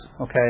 okay